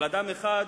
על אדם אחד